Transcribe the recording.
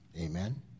Amen